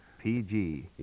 PG